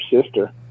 sister